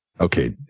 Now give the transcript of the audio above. Okay